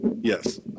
Yes